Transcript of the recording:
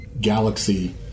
galaxy